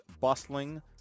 bustling